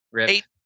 Eight